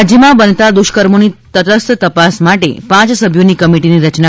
રાજ્યમાં બનતા દુષ્કર્મોની તટસ્થ તપાસ માટે પાંચ સભ્યોની કમિટીની રચના